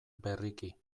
berriki